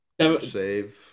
Save